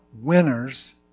winners